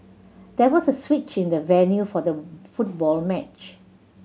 there was a switch in the venue for the football match